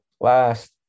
Last